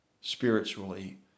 spiritually